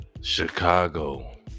Chicago